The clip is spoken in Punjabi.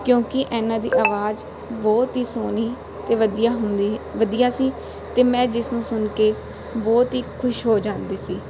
ਕਿਉਂਕਿ ਇਹਨਾਂ ਦੀ ਆਵਾਜ਼ ਬਹੁਤ ਹੀ ਸੋਹਣੀ ਅਤੇ ਵਧੀਆ ਹੁੰਦੀ ਵਧੀਆ ਸੀ ਅਤੇ ਮੈਂ ਜਿਸ ਨੂੰ ਸੁਣ ਕੇ ਬਹੁਤ ਹੀ ਖੁਸ਼ ਹੋ ਜਾਂਦੀ ਸੀ